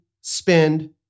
spend